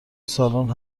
سالن